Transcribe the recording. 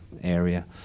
area